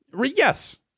Yes